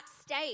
state